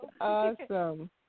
awesome